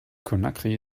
conakry